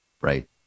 Right